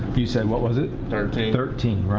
you said what was it? thirteen. thirteen. right.